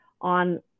on